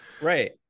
right